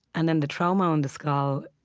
and then the trauma on the skull,